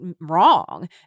Wrong